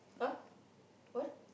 !huh! what